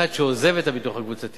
אחד שעוזב את הביטוח הקבוצתי